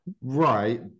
Right